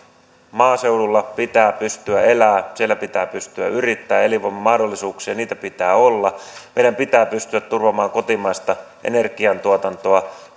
maaseudulla pitää pystyä elämään siellä pitää pystyä yrittämään elinvoiman mahdollisuuksia pitää olla meidän pitää pystyä turvamaan kotimaista energiantuotantoa